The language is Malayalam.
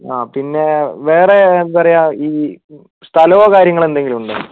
അതെ പിന്നെ വേറെ എന്താ പറയുക ഈ സ്ഥലവോ കാര്യങ്ങളോ എന്തെങ്കിലും ഉണ്ടോ